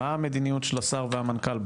מה המדיניות של השר והמנכ"ל,